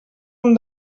hem